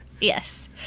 Yes